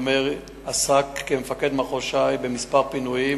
עסק כמפקד מחוז ש"י במספר פינויים.